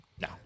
No